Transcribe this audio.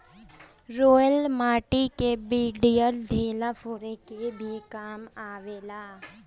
roller माटी कअ बड़ियार ढेला फोरे के भी काम आवेला